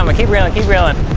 um keep reeling, keep reeling. ah!